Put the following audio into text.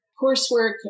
coursework